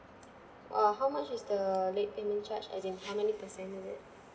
uh how much is the late payment charge as in how many percent of it